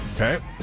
Okay